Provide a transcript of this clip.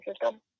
system